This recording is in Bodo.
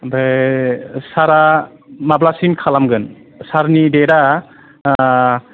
ओमफ्राय सारआ माब्लासिम खालामगोन सारनि डेटआ